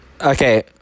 Okay